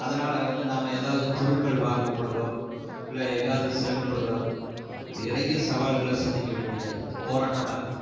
அதனால் வந்து நாம்ம எதாவது பொருட்கள் வாங்கும்பொழுதோ இல்லை எங்கேயாவுது செல்லும்பொழுதோ நிறைய சவால்களை சந்திக்க வேண்டியதாக இருக்குது போராட்டமாக இருக்குது